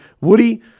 Woody